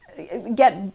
get